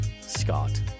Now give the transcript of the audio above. Scott